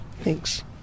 Thanks